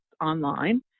online